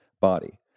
body